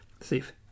safe